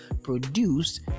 produced